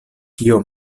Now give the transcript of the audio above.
kio